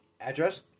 Address